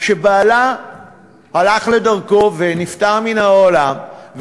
שבעלה הלך לדרכו ונפטר מן העולם,